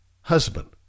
husband